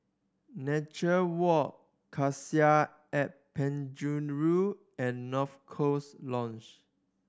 Nature Walk Cassia at Penjuru and North Coast Lodge